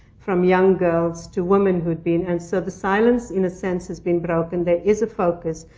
from young girls to women, who had been and so the silence, in a sense, has been broken. there is a focus.